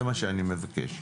זה מה שאני מבקש.